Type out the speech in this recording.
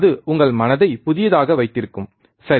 அது உங்கள் மனதை புதியதாக வைத்திருக்கும் சரி